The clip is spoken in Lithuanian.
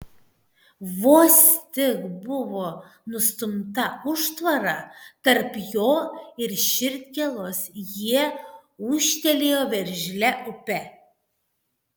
vos tik buvo nustumta užtvara tarp jo ir širdgėlos jie ūžtelėjo veržlia upe